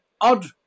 odd